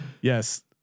Yes